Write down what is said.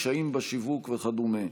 קשיים בשיווק וכדומה.